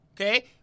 okay